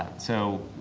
so,